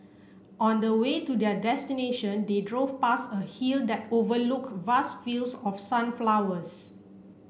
on the way to their destination they drove past a hill that overlooked vast fields of sunflowers